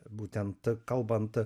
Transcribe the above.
būtent kalbant